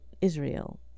Israel